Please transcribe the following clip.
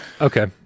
Okay